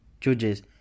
judges